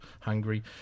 Hungary